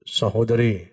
sahodari